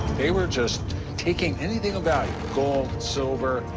they were just taking anything of value gold, silver,